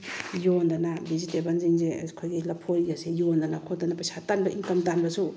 ꯌꯣꯟꯗꯅ ꯚꯦꯖꯤꯇꯦꯕꯜꯁꯤꯡꯁꯦ ꯑꯩꯈꯣꯏꯒꯤ ꯂꯐꯣꯏꯒꯁꯦ ꯌꯣꯟꯗꯅ ꯈꯣꯠꯇꯅ ꯄꯩꯁꯥ ꯇꯥꯟꯕ ꯏꯟꯀꯝ ꯇꯥꯟꯕꯁꯨ